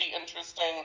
interesting